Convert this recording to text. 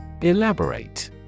Elaborate